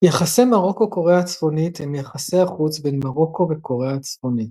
יחסי מרוקו–קוריאה הצפונית הם יחסי החוץ בין מרוקו וקוריאה הצפונית.